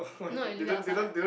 not really outside [what]